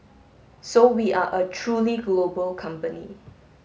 so we are a truly global company